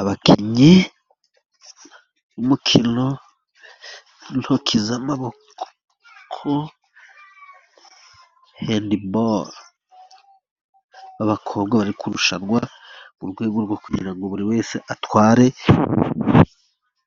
Abakinnyi b'umukino w'intoki z'amaboko, hendiboro. Abakobwa bari kurushanwa ku rwego rwo kugira ngo buri wese atware